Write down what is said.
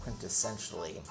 quintessentially